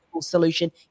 solution